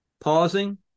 pausing